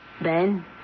Ben